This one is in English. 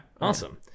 Awesome